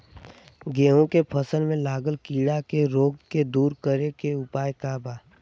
गेहूँ के फसल में लागल कीड़ा के रोग के दूर करे के उपाय का बा?